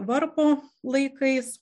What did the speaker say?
varpo laikais